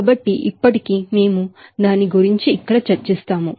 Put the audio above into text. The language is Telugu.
కాబట్టి ఇప్పటికీ మేము దాని గురించి ఇక్కడ చర్చిస్తాము